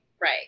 right